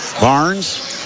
Barnes